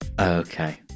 Okay